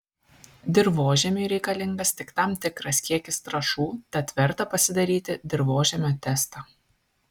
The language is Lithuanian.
dirvožemiui reikalingas tik tam tikras kiekis trąšų tad verta pasidaryti dirvožemio testą